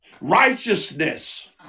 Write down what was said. righteousness